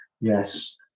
yes